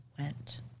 went